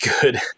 good